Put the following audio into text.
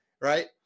right